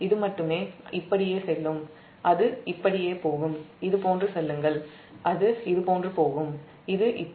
இது மட்டுமே இப்படியே செல்லும் அது இப்படியே போகும் இது இப்படி செல்லும்